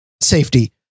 safety